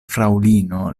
fraŭlino